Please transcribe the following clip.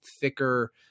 thicker